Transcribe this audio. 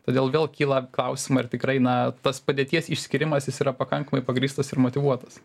todėl vėl kyla klausimai ar tikrai na tos padėties išskyrimas jis yra pakankamai pagrįstas ir motyvuotas